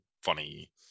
funny